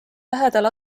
lähedal